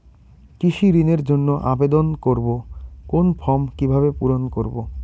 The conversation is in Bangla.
কৃষি ঋণের জন্য আবেদন করব কোন ফর্ম কিভাবে পূরণ করব?